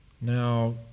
Now